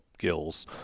skills